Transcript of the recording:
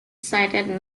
sided